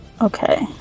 Okay